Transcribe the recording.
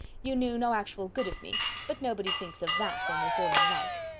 you knew no actual good of me but nobody thinks of that when they fall in love.